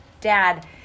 dad